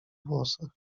włosach